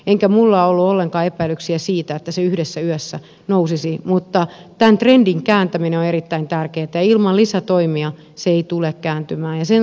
eikä minulla ollut ollenkaan epäilyksiä siitä että se yhdessä yössä nousisi mutta tämän trendin kääntäminen on erittäin tärkeätä ja ilman lisätoimia se ei tule kääntymään